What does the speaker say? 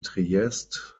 trieste